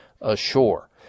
ashore